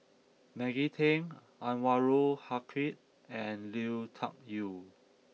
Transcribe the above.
Maggie Teng Anwarul Haque and Lui Tuck Yew